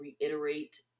reiterate